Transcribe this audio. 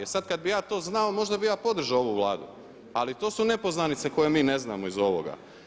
E sada kada bih ja to znao možda bih ja podržao ovu Vladu ali to su nepoznanice koje mi ne znamo iz ovoga.